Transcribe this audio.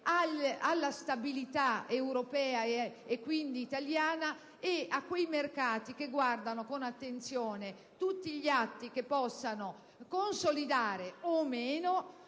alla stabilità europea, e quindi italiana, e a quei mercati che guardano con attenzione a tutti gli atti che possano consolidare o meno